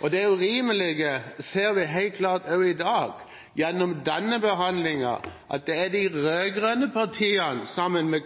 Og det urimelige ser vi helt klart også i dag gjennom denne behandlingen – at det er de rød-grønne partiene, sammen med